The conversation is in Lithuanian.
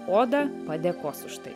oda padėkos už tai